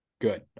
Good